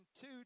Two